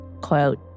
Quote